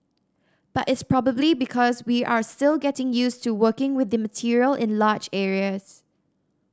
but it's probably because we are still getting used to working with the material in large areas